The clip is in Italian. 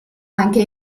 anche